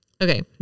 Okay